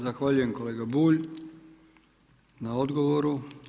Zahvaljujem kolega Bulj na odgovoru.